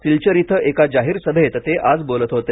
सिलचर इथं एक जाहीर सभेत ते आज बोलत होते